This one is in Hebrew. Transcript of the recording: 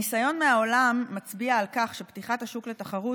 הניסיון מהעולם מצביע על כך שפתיחת השוק לתחרות